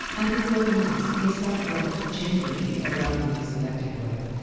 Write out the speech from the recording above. and people often ask, is that word genuinely a randomly selected word,